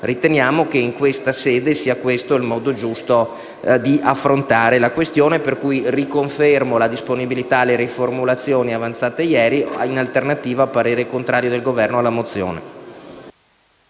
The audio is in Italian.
Riteniamo che in detta sede sia questo il modo giusto di affrontare la questione e, quindi, riconfermo la disponibilità alle riformulazioni proposte ieri. In alternativa il parere del Governo è contrario.